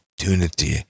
opportunity